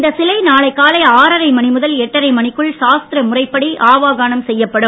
இந்த சிலை நாளை காலை ஆறரை மணி முதல் எட்டரை மணிக்குள் சாஸ்திர முறைப்படி ஆவாகணம் செய்யப்படும்